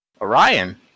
Orion